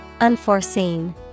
Unforeseen